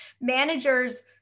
managers